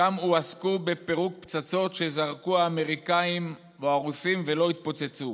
שם הועסקו בפירוק פצצות שזרקו האמריקאים והרוסים ולא התפוצצו,